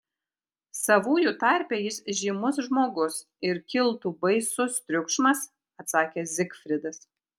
savųjų tarpe jis žymus žmogus ir kiltų baisus triukšmas atsakė zigfridas